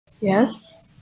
Yes